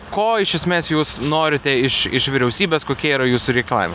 ko iš esmės jūs norite iš iš vyriausybės kokie yra jūsų reikalavimai